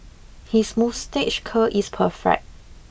his moustache curl is perfect